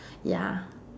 ya